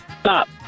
Stop